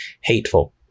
hateful